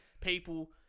people